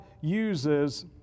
uses